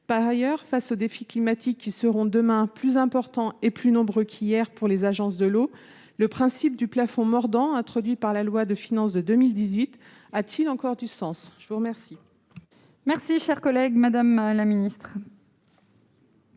Par ailleurs, face aux défis climatiques qui seront, demain, plus importants et plus nombreux qu'hier pour les agences de l'eau, le principe de plafond mordant, introduit par la loi de finances pour 2018, a-t-il encore du sens ? La parole est à Mme la secrétaire d'État. Madame la sénatrice